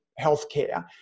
healthcare